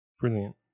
Brilliant